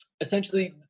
essentially